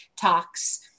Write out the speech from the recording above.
talks